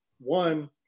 One